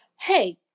Hey